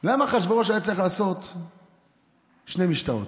למה אחשוורוש היה צריך לעשות שתי משתאות?